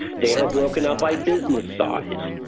data broken out by business size.